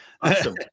Awesome